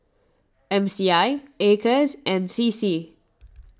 M C I Acres and C C